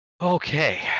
Okay